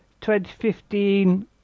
2015